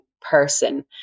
person